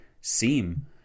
seem